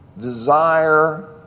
desire